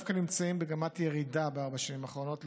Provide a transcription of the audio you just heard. דווקא נמצא במגמת ירידה בשנים האחרונות,